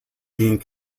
being